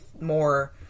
more